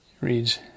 reads